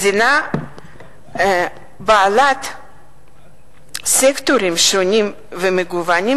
מדינה בעלת סקטורים שונים ומגוונים,